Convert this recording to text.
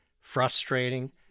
frustrating